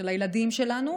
של הילדים שלנו,